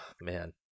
man